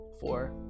four